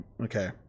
Okay